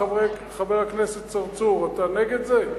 חבר הכנסת צרצור, אתה נגד זה?